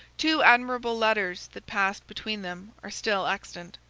two admirable letters that passed between them are still extant.